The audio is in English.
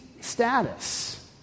status